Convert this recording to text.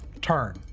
turn